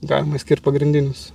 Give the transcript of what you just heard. galima išskirt pagrindinius